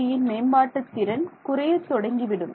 FDTDயின் மேம்பாட்டு திறன் குறையத் தொடங்கிவிடும்